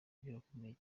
birakomeye